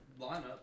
lineup